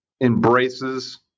embraces